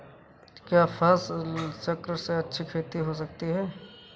क्या फसल चक्रण से अच्छी खेती हो सकती है?